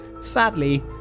Sadly